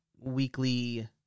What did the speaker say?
weekly